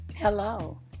Hello